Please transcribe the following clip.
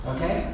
Okay